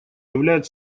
являет